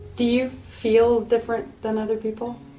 do you feel different than other people?